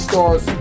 Stars